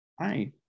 Hi